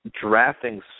drafting